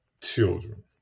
children